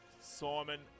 Simon